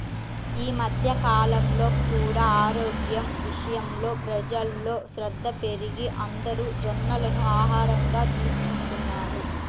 ఈ మధ్య కాలంలో కూడా ఆరోగ్యం విషయంలో ప్రజల్లో శ్రద్ధ పెరిగి అందరూ జొన్నలను ఆహారంగా తీసుకుంటున్నారు